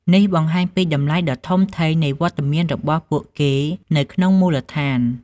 នេះបង្ហាញពីតម្លៃដ៏ធំធេងនៃវត្តមានរបស់ពួកគេនៅក្នុងមូលដ្ឋាន។